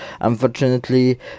Unfortunately